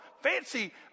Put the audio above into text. fancy